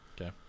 Okay